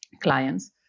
clients